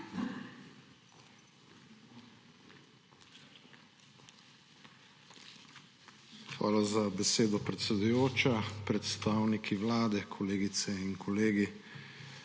Hvala za besedo, predsedujoča. Predstavniki Vlade, kolegice in kolegi!